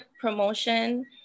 promotion